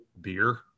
beer